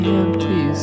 empty